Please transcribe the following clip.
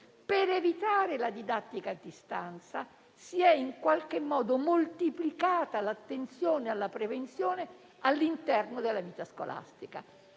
Per evitare la didattica a distanza si è moltiplicata l'attenzione alla prevenzione all'interno della vita scolastica,